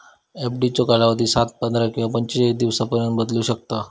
एफडीचो कालावधी सात, पंधरा किंवा पंचेचाळीस दिवसांपर्यंत बदलू शकता